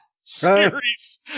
series